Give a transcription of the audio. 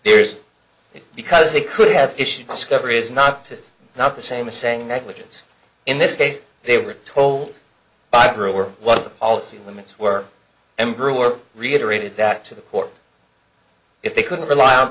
there is because they could have issued discovery is not just not the same as saying negligence in this case they were told by brewer what the policy limits were and brewer reiterated that to the court if they couldn't rely on